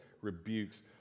rebukes